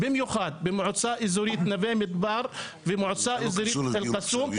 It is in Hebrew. במיוחד במועצה אזורית נווה מדבר ומועצה אזורית אל קסום.